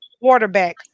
quarterback